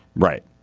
right.